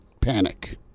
panic